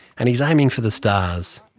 and he's aiming for the stars.